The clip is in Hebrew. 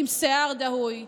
עם שיער דהוי,